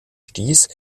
stieß